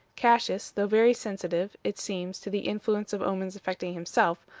cassius, though very sensitive, it seems, to the influence of omens affecting himself,